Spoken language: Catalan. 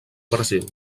brasil